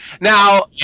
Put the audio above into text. Now